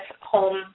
home